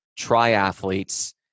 triathletes